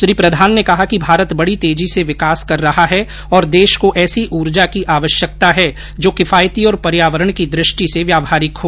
श्री प्रधान ने कहा कि भारत बडी तेजी से विकास कर रहा है और देश को ऐसी ऊर्जा की आवश्यनकता है जो किफायती और पर्यावरण की दृष्टि से व्यावहारिक हो